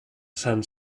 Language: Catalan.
sant